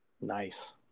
Nice